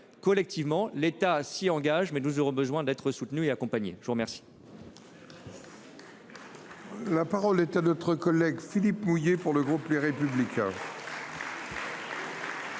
l'État s'y engage mais nous aurons besoin d'être soutenus et accompagnés. Je vous remercie.